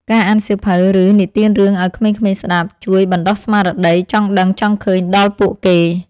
ការអានសៀវភៅ ឬនិទានរឿងឱ្យក្មេងៗស្តាប់ជួយបណ្តុះស្មារតីចង់ដឹងចង់ឃើញដល់ពួកគេ។